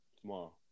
tomorrow